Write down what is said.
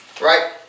right